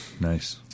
Nice